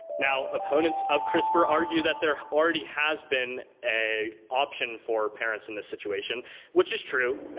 now, opponents of crispr argue that there already has been a option for parents in this situation which is true.